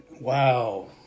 Wow